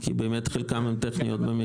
כי חלקם טכניים.